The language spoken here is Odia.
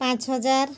ପାଞ୍ଚ ହଜାର